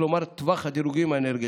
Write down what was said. כלומר טווח הדירוגים האנרגטיים.